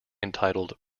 entitled